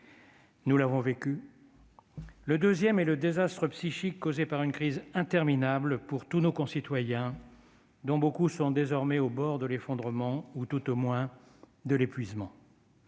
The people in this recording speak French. nous l'avons vécu. Le second est le désastre psychique causé par une crise interminable pour tous nos concitoyens, dont beaucoup sont désormais au bord de l'effondrement, ou tout au moins de l'épuisement.